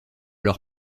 leurs